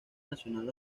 nacional